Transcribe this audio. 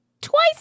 twice